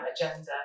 agenda